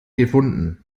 gefunden